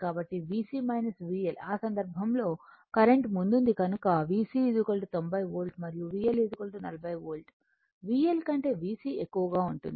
కాబట్టి VC VL ఆ సందర్భంలో కరెంట్ ముందుంది కనుక VC 90 వోల్ట్ మరియు VL 40 వోల్ట్ VL కంటేVC ఎక్కువగా ఉంటుంది